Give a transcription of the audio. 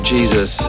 Jesus